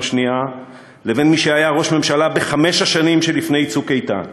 השנייה לבין מי שהיה ראש הממשלה בחמש השנים שלפני "צוק איתן".